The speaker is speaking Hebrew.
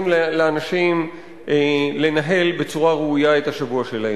לאנשים לנהל בצורה ראויה את השבוע שלהם.